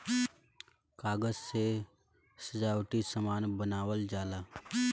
कागज से सजावटी सामान बनावल जाला